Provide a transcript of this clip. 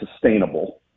sustainable